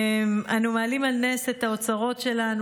אנו מעלים על נס את האוצרות שלנו.